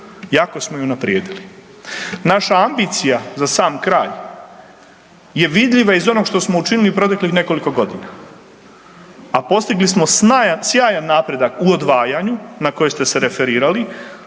jako smo ju unaprijedili. Naša ambicija za sam kraj je vidljiva iz onog što smo učinili proteklih nekoliko godina, a postigli smo sjajan napredak u odvajanju na koje ste se referirali,